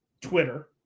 Twitter